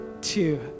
two